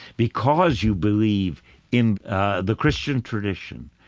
because you believe in the christian tradition,